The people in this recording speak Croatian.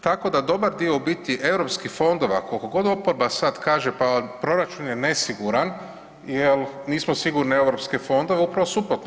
Tako da dobar dio u biti europskih fondova kolikogod oporba sad kaže pa proračun je nesiguran jel nismo sigurni u europske fondove, upravo suprotno.